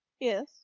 Yes